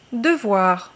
Devoir